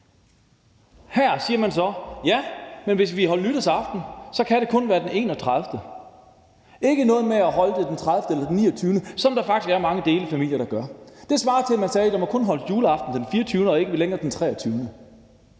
Her siger man så: Hvis I vil holde nytårsaften, kan det kun være den 31. december. Der er ikke noget med at holde det den 29 eller 30. december, selv om der faktisk er mange delefamilier, der gør det. Det svarer til, at man sagde, at der kun måtte holdes juleaften den 24. og ikke længere den 23